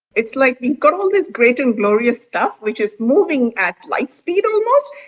it's like we've got all this great and glorious stuff which is moving at light speed almost,